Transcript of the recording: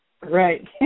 Right